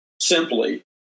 simply